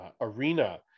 arena